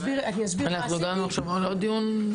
אנחנו הגענו עכשיו לעוד דיון?